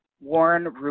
Warren